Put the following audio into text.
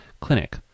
clinic